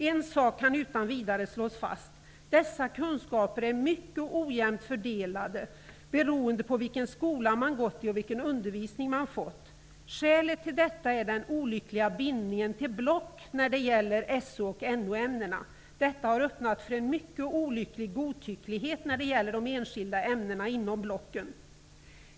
En sak kan utan vidare slås fast: dessa kunskaper är mycket ojämnt fördelade, beroende på vilken skola man gått i och vilken undervisning man fått. Skälet till detta är den olyckliga bindningen till block när det gäller SO och NO ämnena. Detta har öppnat för en mycket olycklig godtycklighet när det gäller de enskilda ämnena inom blocken.